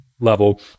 level